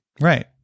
Right